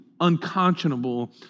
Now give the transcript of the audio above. unconscionable